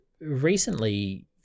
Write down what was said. recently